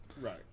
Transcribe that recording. Right